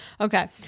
Okay